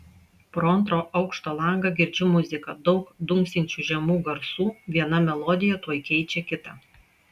pro antro aukšto langą girdžiu muziką daug dunksinčių žemų garsų viena melodija tuoj keičia kitą